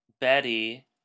Betty